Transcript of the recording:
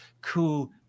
cool